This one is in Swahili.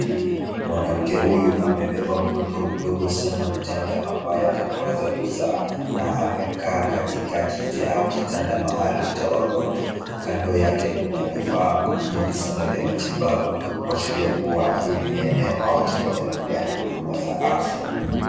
Mwanamke huyu amebeba mtoto mdogo sana mchanga ambaye ameweza kuzaa na amekaa katika kiti au kitanda maalum cha wagonjwa. Kando yake kuna vifaa vingi sana vya matibabu kuashiria kuwa hili ni eneo au chumba cha kupeana huduma za afya.